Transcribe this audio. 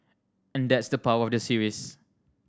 and that's the power of the series